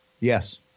Yes